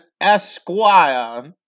Esquire